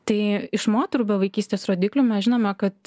tai iš moterų bevaikystės rodiklių mes žinome kad